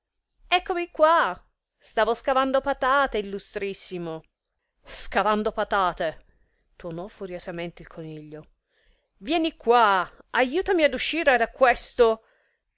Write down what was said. eccomi qua stava scavando patate illustrissimo scavando patate tuonò furiosamente il coniglio vieni qua aiutami per uscire da questo